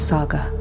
Saga